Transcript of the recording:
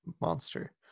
monster